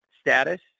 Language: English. status